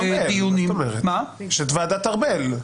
יש את ועדת ארבל.